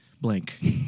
blank